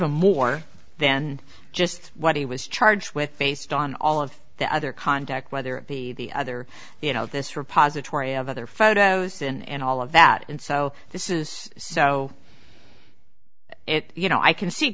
a more then just what he was charged with based on all of the other conduct whether it be the other you know this repast atory of other photos and all of that and so this is so it you know i can see